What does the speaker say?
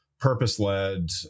purpose-led